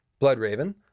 Bloodraven